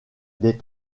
des